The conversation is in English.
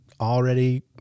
already